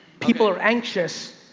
people are anxious.